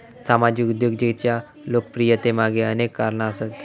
सामाजिक उद्योजकतेच्या लोकप्रियतेमागे अनेक कारणा आसत